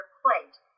plate